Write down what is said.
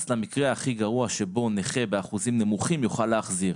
למקרה הכי גרוע שבו נכה באחוזים נמוכים יוכל להחזיר,